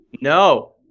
No